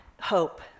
hope